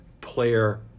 player